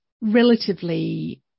relatively